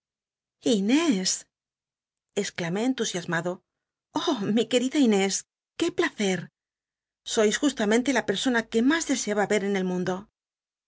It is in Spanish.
entusiasmado oh mi querida inés qué placer sois juslamcnte la petsona que mas deseaba ver en el mundo